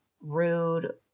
rude